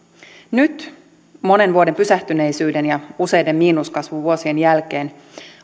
nyt monen vuoden pysähtyneisyyden ja useiden miinuskasvun vuosien jälkeen